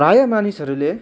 प्रायः मानिसहरूले